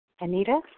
Anita